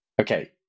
Okay